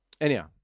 anyhow